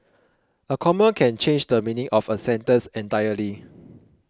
a comma can change the meaning of a sentence entirely